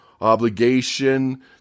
obligation